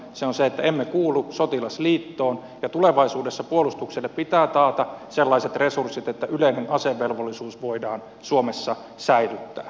se on se että emme kuulu sotilasliittoon ja tulevaisuudessa puolustukselle pitää taata sellaiset resurssit että yleinen asevelvollisuus voidaan suomessa säilyttää